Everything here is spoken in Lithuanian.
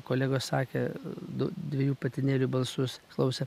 kolegos sakė du dviejų patinėlių balsus klausė